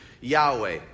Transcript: Yahweh